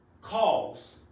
calls